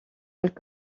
elle